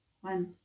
one